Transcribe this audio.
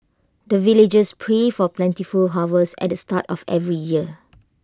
the villagers pray for plentiful harvest at the start of every year